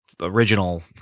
original